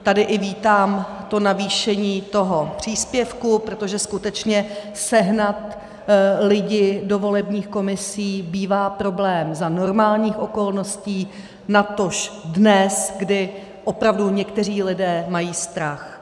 Tady i vítám navýšení příspěvku, protože skutečně sehnat lidi do volebních komisí bývá problém za normálních okolností, natož dnes, kdy opravdu někteří lidé mají strach.